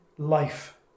life